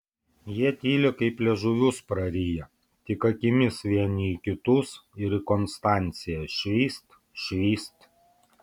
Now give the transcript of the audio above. jie tyli kaip liežuvius prariję tik akimis vieni į kitus ir į konstanciją švyst švyst